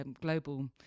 global